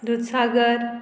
दुद सागर